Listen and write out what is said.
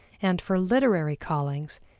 and for literary callings,